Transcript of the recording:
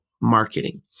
marketing